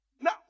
Now